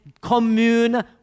commune